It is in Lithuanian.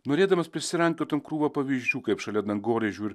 norėdamas prisirankiotum krūvą pavyzdžių kaip šalia dangoraižių ir